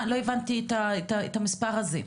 לא הבנתי את המספר הזה.